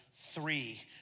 three